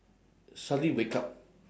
suddenly wake up